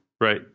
right